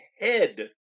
head